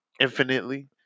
infinitely